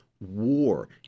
War